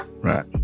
Right